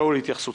שאול, התייחסותך.